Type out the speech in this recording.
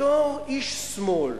בתור איש שמאל,